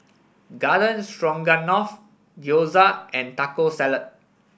Garden Stroganoff Gyoza and Taco Salad